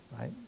right